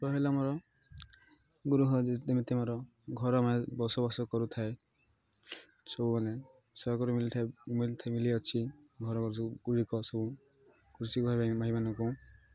ମୋର ଯେମିତି ମୋର ଘର ବସବାସ କରୁଥାଏ ସବୁମାନେ ସହଜ ମଳିଥାଏ ମଳିଥାଏ ମିଳିଅଛି ଘରବୁ ଗୁଡ଼ିକ ସବୁ କୃଷି ଭାଇମାନଙ୍କୁ